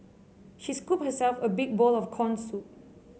she scooped herself a big bowl of corn soup